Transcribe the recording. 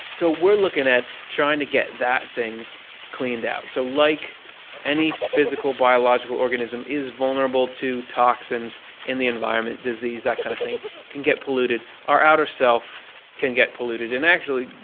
so we're looking at trying to get that thing cleaned out. so like any physical, biological organism is vulnerable to toxins in the environment disease, that kind of thing and can get polluted, our outer self can get polluted. and actually,